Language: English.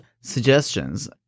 suggestions